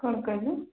କ'ଣ କହିଲ